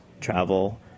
travel